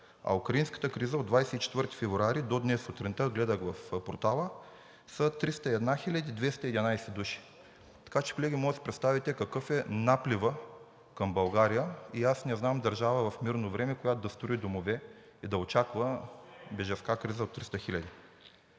а украинската криза от 24 февруари до днес, сутринта – гледах в портала, са 301 хиляди 211 души. Така че, колеги, може да си представите какъв е напливът към България и аз не знам държава в мирно време, която да строи домове и да очаква бежанска криза от 300